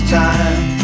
time